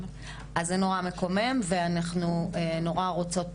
אז זה נורא מקומם ואנחנו נורא רוצות